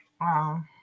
Wow